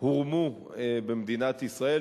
הורמו במדינת ישראל,